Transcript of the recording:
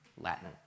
Latin